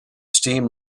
steam